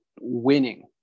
winning